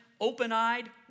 open-eyed